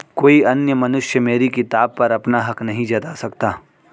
कोई अन्य मनुष्य मेरी किताब पर अपना हक नहीं जता सकता